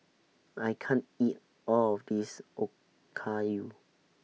I can't eat All of This Okayu